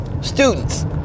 Students